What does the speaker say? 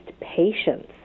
patience